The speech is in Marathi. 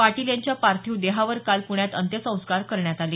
पाटील यांच्या पार्थिव देहावर काल प्ण्यात अंत्यसंस्कार करण्यात आले